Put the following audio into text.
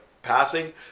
passing